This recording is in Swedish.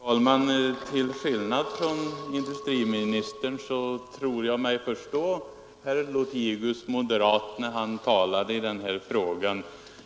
Fru talman! Till skillnad från industriministern tror jag mig förstå herr Lothigius, moderat, när han talade i den här frågan.